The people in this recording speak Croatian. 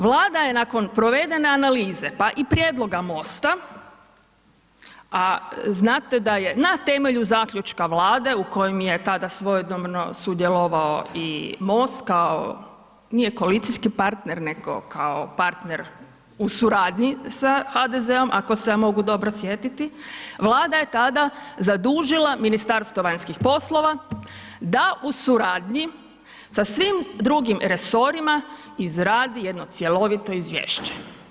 Vlada je nakon provedene analize, pa i prijedloga MOST-a, a znate da je na temelju zaključka Vlade u kojem je tada svojedobno sudjelovao i MOST kao nije koalicijski partner nego kao partner u suradnji sa HDZ-om ako se ja mogu dobro sjetiti, Vlada je tada zadužila Ministarstvo vanjskih poslova da u suradnji sa svim drugim resorima izradi jedno cjelovito izvješće.